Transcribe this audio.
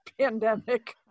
pandemic